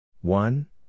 one